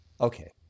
okay